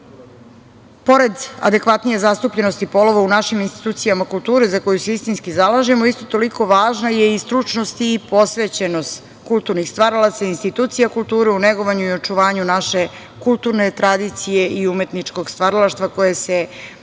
adekvatnije zastupljenosti polova, u našim institucijama kulture, za koje se istinski zalažemo, isto toliko važna je i stručnost i posvećenost kulturnih stvaralaca i institucija kulture u negovanju i očuvanju naše kulturne tradicije i umetničkog stvaralaštva koje se degradira